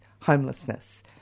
homelessness